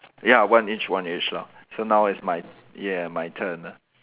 ya one each one each lah so now it's my ya my turn ah